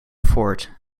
fort